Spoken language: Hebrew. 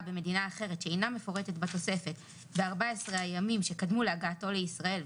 במדינה אחרת שאינה מפורטת בתוספת ב-14 הימים שקדמו להגעתו לישראל,